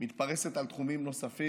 מתפרסת על תחומים נוספים.